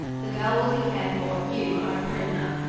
the girl will be cared for. you are a prisoner.